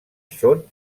són